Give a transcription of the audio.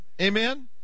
Amen